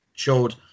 showed